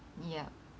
yup